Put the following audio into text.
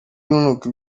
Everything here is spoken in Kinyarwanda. urunuka